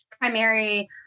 primary